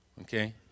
Okay